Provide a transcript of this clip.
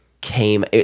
came